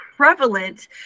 prevalent